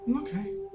Okay